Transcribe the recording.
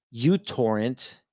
Utorrent